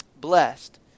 Blessed